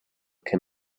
can